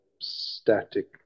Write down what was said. static